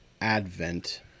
Advent